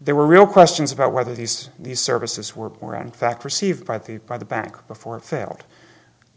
there were real questions about whether these these services were in fact received by the by the bank before it failed